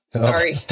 Sorry